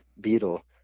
beetle